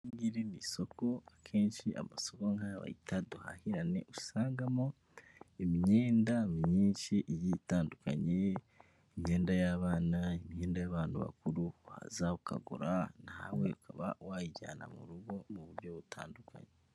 Iri ngiri isoko, akenshi amasoko nk'aya bayita duhahirane, usangamo imyenda myinshi igiye itandukanye. Imyenda y'abana, imyenda y'abantu bakuru, waza ukagura nawe ukaba wayijyana mu rugo mu buryo butandukanye.